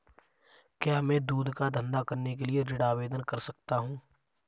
क्या मैं दूध का धंधा करने के लिए ऋण आवेदन कर सकता हूँ?